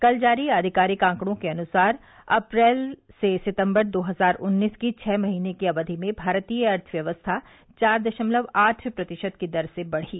कल जारी आधिकारिक आंकड़ों के अनुसार अप्रैल से सितंबर दो हजार उन्नीस की छह महीने की अवधि में भारतीय अर्थव्यवस्था चार दशमलव आठ प्रतिशत की दर से बढ़ी